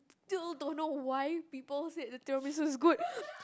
still don't know why people said the tiramisu is good